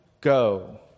go